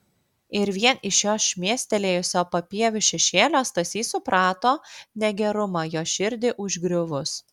ir vien iš jos šmėstelėjusio papieviu šešėlio stasys suprato negerumą jos širdį užgriuvus